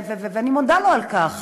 ואני מודה לו על כך,